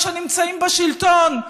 שנמצאים בשלטון היום,